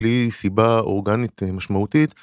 בלי סיבה אורגנית משמעותית.